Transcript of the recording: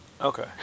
Okay